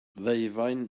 ddeufaen